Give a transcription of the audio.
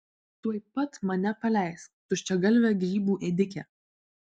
tuoj pat mane paleisk tuščiagalve grybų ėdike